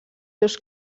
seus